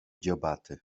dziobaty